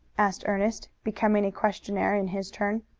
asked ernest, becoming a questioner in his turn.